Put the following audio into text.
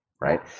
right